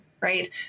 right